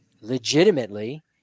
legitimately